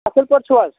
اَصٕل پٲٹھۍ چھِو حظ